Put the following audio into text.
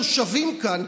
תושבים כאן,